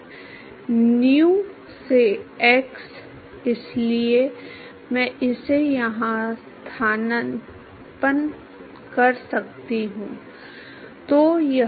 आपके पास पहले जो था वह एक पीडीई था जो एक्स और वाई का कार्य था और अब आप एक ओडीई में दुर्घटनाग्रस्त हो गए और ध्यान दें कि आपके पास पिछले समीकरण में एक्स घटक और वाई घटक वेग भी था